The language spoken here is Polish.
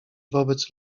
wobec